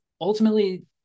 ultimately